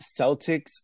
Celtics